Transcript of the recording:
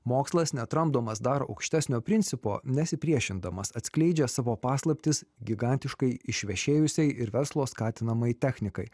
mokslas netramdomas dar aukštesnio principo nesipriešindamas atskleidžia savo paslaptis gigantiškai išvešėjusiai ir verslo skatinamai technikai